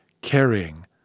carrying